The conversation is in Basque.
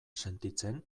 sentitzen